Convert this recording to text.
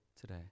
today